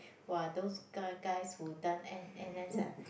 !wah! those kind of guys who done N n_s ah